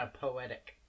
poetic